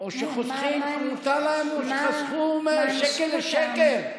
שחוסכים, שחסכו שקל לשקל,